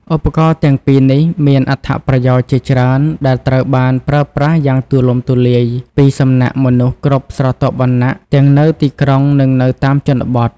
ឧបករណ៍ទាំងពីរនេះមានអត្ថប្រយោជន៍ជាច្រើនដែលត្រូវបានប្រើប្រាស់យ៉ាងទូលំទូលាយពីសំណាក់មនុស្សគ្រប់ស្រទាប់វណ្ណៈ ទាំងនៅទីក្រុងនិងនៅតាមជនបទ។